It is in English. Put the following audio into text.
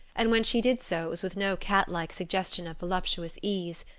and when she did so it was with no cat-like suggestion of voluptuous ease,